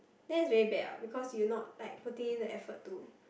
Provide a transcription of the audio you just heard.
then it's very bad ah because you not like putting in the effort to